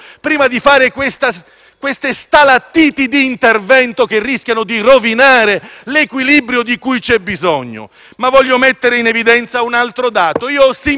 fare stalattiti di intervento che rischiano di rovinare l'equilibrio di cui c'è bisogno. Voglio mettere in evidenza poi un altro dato: io ho simpatia culturale